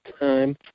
time